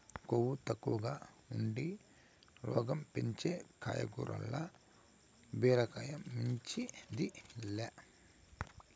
కొవ్వు తక్కువగా ఉండి ఆరోగ్యం పెంచే కాయగూరల్ల బీరకాయ మించింది లే